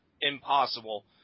impossible